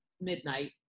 midnight